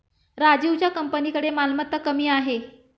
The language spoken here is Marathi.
राजीवच्या कंपनीकडे मालमत्ता कमी आहे